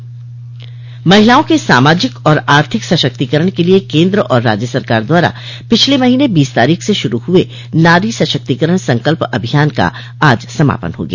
महिलाओं के सामाजिक और आर्थिक सशक्तिकरण के लिये केन्द्र और राज्य सरकार द्वारा पिछले महीने बीस तारोख से शुरू हुये नारी सशक्तिकरण संकल्प अभियान का आज समापन हो गया